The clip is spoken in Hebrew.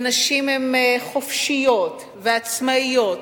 ונשים הן חופשיות ועצמאיות,